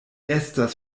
estas